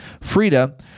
Frida